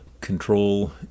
control